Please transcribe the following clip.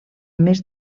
més